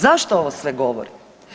Zašto ovo sve govorim?